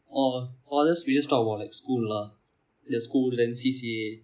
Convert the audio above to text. oh for us we just talk about like school lah the school then C_C_A